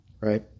right